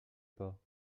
pas